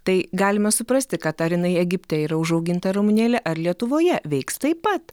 tai galime suprasti kad ar jinai egipte yra užauginta ramunėlė ar lietuvoje veiks taip pat